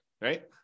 right